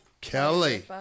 Kelly